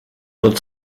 тот